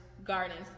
Gardens